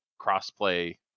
crossplay